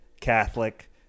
Catholic